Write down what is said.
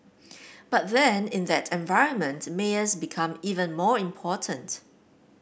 but then in that environment mayors become even more important